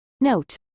note